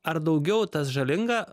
ar daugiau tas žalinga